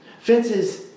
Fences